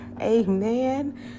Amen